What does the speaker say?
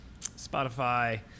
spotify